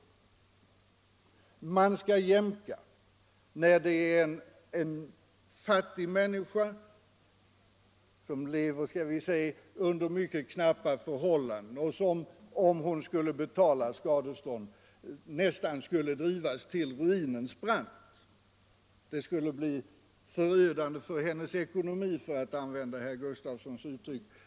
Jämkning skall ske när det är fråga om en fattig människa som lever under mycket knappa förhållanden och som, om hon skulle betala skadeståndet, nästan skulle drivas till ruinens brant. Det skulle bli förödande för hennes ekonomi, för att citera herr Gustafsson i Stockholm.